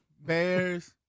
Bears